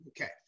Okay